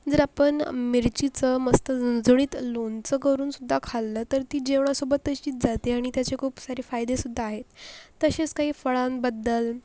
जर आपण मिरचीचं मस्त झणझणीत लोणचं करून सुद्धा खाल्लं तर ती जेवणासोबत तशीच जाते आणि त्याचे खूप सारे फायदेसुद्धा आहे तसेच काही फळांबद्दल